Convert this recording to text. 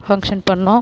function பண்ணோம்